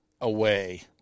away